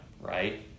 Right